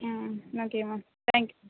ம் okay ma'am thank you